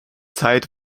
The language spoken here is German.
zeit